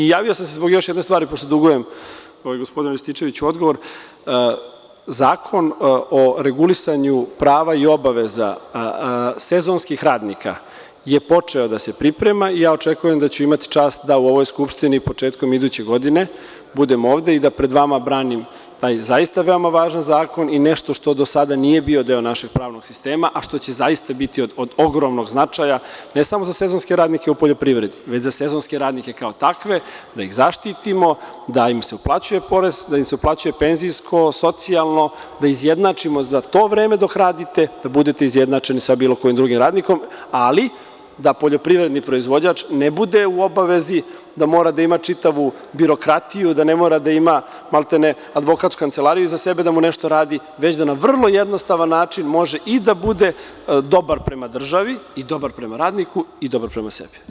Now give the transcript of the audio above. Javio sam se zbog još jedne stvari, pošto dugujem gospodinu Rističeviću odgovor, Zakon o regulisanju prava i obaveza sezonskih radnika je počeo da se priprema, i ja očekujem da ću imati čast da u ovoj Skupštini početkom iduće godine budem ovde i da pred vama branim taj, zaista veoma važan zakon, i nešto što do sada nije bio deo našeg pravnog sistema, a što će zaista biti od ogromnog značaja, ne samo za sezonske radnike u poljoprivredi, već za sezonske radnike kao takve, da ih zaštitimo, da im se uplaćuje porez, da im se uplaćuje penzijsko, socijalno, da izjednačimo za to vreme dok radite da budete izjednačeni sa bilo kojim drugim radnikom, ali da poljoprivredni proizvođač ne bude u obavezi da mora da ima čitavu birokratiju, da ne mora da ima maltene advokatsku kancelariju iza sebe da mu nešto radi, već da na vrlo jednostavan način može i da bude dobar prema državi, i dobar prema radniku i dobar prema sebi.